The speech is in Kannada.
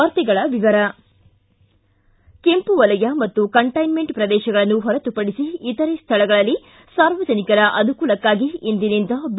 ವಾರ್ತೆಗಳ ವಿವರ ಕೆಂಪು ವಲಯ ಮತ್ತು ಕಂಟ್ಲೆನ್ಸೆಟ್ ಪ್ರದೇಶಗಳನ್ನು ಹೊರತುಪಡಿಸಿ ಇತರೆ ಸ್ವಳಗಳಲ್ಲಿ ಸಾರ್ವಜನಿಕರ ಅನುಕೂಲಕ್ಕಾಗಿ ಇಂದಿನಿಂದ ಬಿ